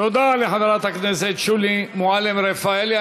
תודה לחברת הכנסת שולי מועלם-רפאלי.